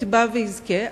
יתבע ויזכה,